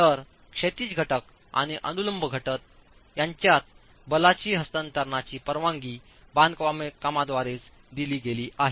तर क्षैतिज घटक आणि अनुलंब घटक यांच्यात बलाची हस्तांतरणाची परवानगी बांधकामद्वारेच दिली गेली आहे